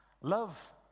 Love